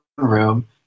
room